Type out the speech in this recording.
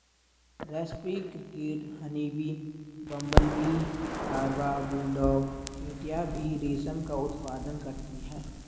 रेस्पी cricket, honeybee, bumblebee larva, bulldog चींटियां भी रेशम का उत्पादन करती हैं